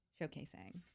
showcasing